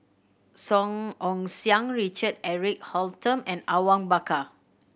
Song Ong Siang Richard Eric Holttum and Awang Bakar